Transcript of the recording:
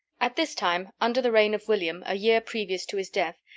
at this time, under the reign of william, a year previous to his death,